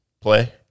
play